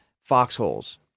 foxholes